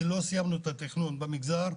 לא סיימנו את התכנון במגזר,